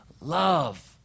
love